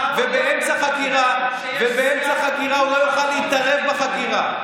באמצע חקירה, הוא לא יוכל להתערב בחקירה.